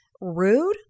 rude